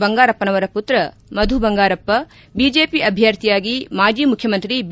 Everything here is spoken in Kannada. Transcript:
ಬಂಗಾರಪ್ಪನವರ ಪುತ್ರ ಮಧು ಬಂಗಾರಪ್ಪ ಬಿಜೆಪಿ ಅಭ್ಯರ್ಥಿಯಾಗಿ ಮಾಜಿ ಮುಖ್ಯಮಂತ್ರಿ ಬಿ